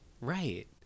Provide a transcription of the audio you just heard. Right